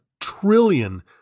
trillion